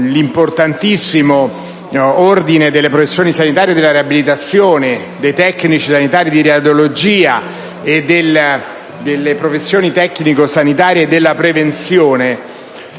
l'importantissimo ordine delle professioni sanitarie della riabilitazione e quelli dei tecnici sanitari di radiologia medica e delle professioni tecnico-sanitarie e della prevenzione.